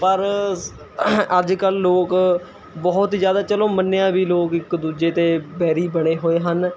ਪਰ ਅੱਜ ਕੱਲ੍ਹ ਲੋਕ ਬਹੁਤ ਜਿਆਦਾ ਚਲੋ ਮੰਨਿਆ ਵੀ ਲੋਕ ਇੱਕ ਦੂਜੇ ਦੇ ਵੈਰੀ ਬਣੇ ਹੋਏ ਹਨ